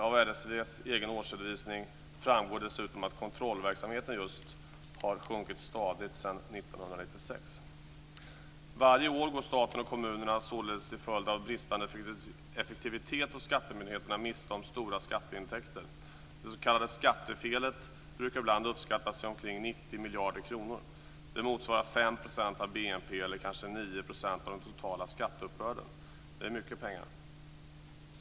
Av RSV:s egen årsredovisning framgår dessutom att kontrollverksamheten har sjunkit stadigt sedan 1996. Varje år går staten och kommunerna således till följd av bristande effektivitet hos skattemyndigheterna miste om stora skatteintäkter. Det s.k. skattefelet brukar ibland uppskattas till omkring 90 miljarder kronor. Det motsvarar 5 % av BNP eller 9 % av den totala skatteuppbörden. Det är mycket pengar.